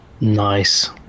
nice